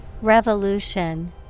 Revolution